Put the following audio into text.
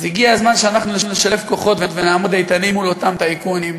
אז הגיע הזמן שאנחנו נשלב כוחות ונעמוד איתנים מול אותם טייקונים,